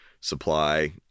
supply